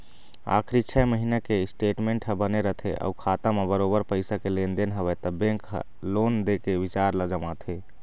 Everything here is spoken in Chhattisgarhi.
आखरी छै महिना के स्टेटमेंट ह बने रथे अउ खाता म बरोबर पइसा के लेन देन हवय त बेंक ह लोन दे के बिचार ल जमाथे